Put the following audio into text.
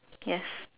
yes